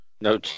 No